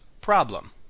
problem